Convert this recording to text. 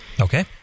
Okay